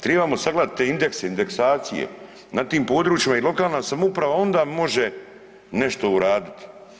Trebamo sagledati te indekse, indeksacije na tim područjima i lokalna samouprava onda može nešto uraditi.